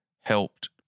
helped